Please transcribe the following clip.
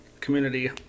community